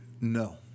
no